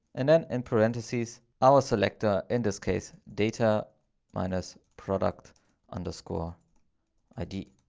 and then in parentheses, our selector in this case, data minus product underscore id.